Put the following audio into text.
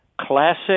classic –